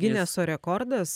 gineso rekordas